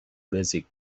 basic